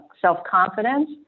self-confidence